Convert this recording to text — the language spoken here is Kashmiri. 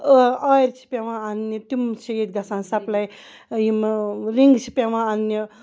ٲ آرِ چھِ پیٚوان اَننہِ تِم چھِ ییٚتہِ گَژھان سَپلَے یَم رِنٛگہ چھِ پیٚوان اَننہِ